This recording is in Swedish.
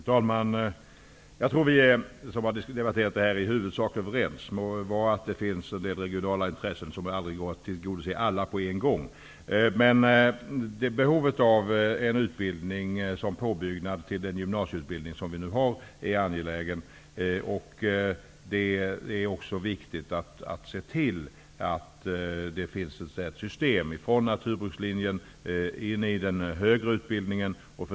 Fru talman! Jag tror att vi som har debatterat det här i dag i huvudsak är överens -- låt vara att det finns en del regionala intressen som inte alla kan tillgodoses. En utbildning som påbyggnad till den gymnasieutbildning som vi nu har är angelägen. Det är också viktigt att se till att det så att säga finns ett system, från naturbrukslinjen in i den högre utbildningen.